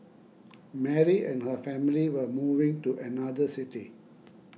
Mary and her family were moving to another city